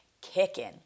kicking